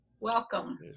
Welcome